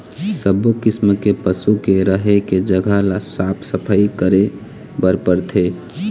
सब्बो किसम के पशु के रहें के जघा ल साफ सफई करे बर परथे